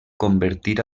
convertir